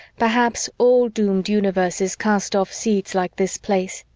perhaps all doomed universes cast off seeds like this place.